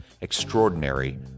extraordinary